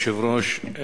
כבוד היושב-ראש,